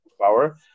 power